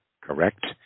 correct